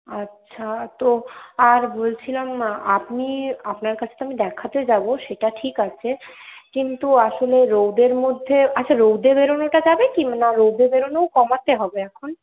আচ্ছা তো আর বলছিলাম আপনি আপনার কাছে তো আমি দেখাতে যাব সেটা ঠিক আছে কিন্তু আসলে রোদের মধ্যে আচ্ছা রোদে বেরোনোটা যাবে কি না রোদে বেরোনোও কমাতে হবে এখন